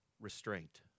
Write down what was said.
restraint